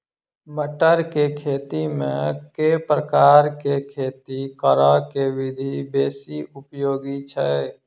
मटर केँ खेती मे केँ प्रकार केँ खेती करऽ केँ विधि बेसी उपयोगी छै?